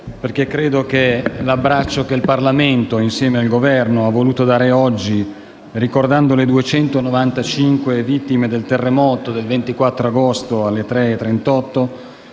perché credo che l'abbraccio che il Parlamento, insieme al Governo, ha voluto dare oggi, ricordando le 295 vittime del terremoto del 24 agosto, alle ore